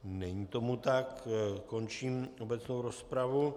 Není tomu tak, končím obecnou rozpravu.